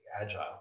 agile